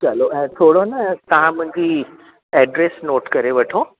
चलो थोरो न तव्हां मुंहिंजी एड्रेस नोट करे वठो